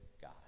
god